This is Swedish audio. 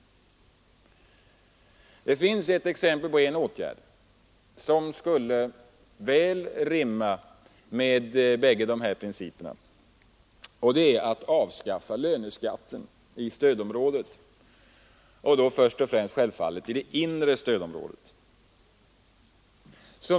Det finns ett exempel på en åtgärd som skulle väl rimma med bägge de här principerna, och det är att avskaffa löneskatten i stödområdena, först och främst självfallet i det inre stödområdet.